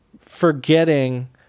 forgetting